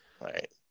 Right